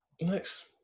Next